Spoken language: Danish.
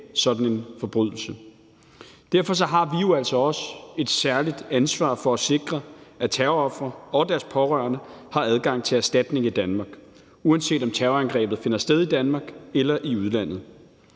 sådan en forbrydelse. Derfor har vi jo altså også et særligt ansvar for at sikre, at terrorofre og deres pårørende har adgang til erstatning i Danmark, uanset om terrorangrebet finder sted i Danmark eller i udlandet.